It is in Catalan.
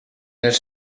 els